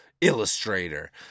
illustrator